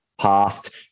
past